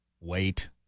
wait